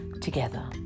together